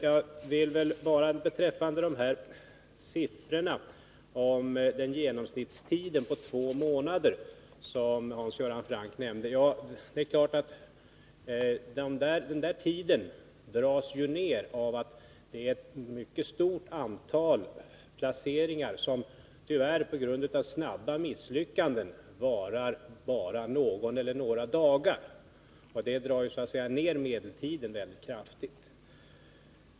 Jag vill bara med anledning av den av Hans Göran Franck lämnade uppgiften om två månader som genomsnittstid säga, att denna naturligtvis dras ned mycket kraftigt av att ett mycket stort antal placeringar tyvärr på grund av snabba misslyckanden varar bara någon eller några dagar.